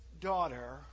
daughter